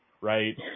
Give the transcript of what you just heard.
Right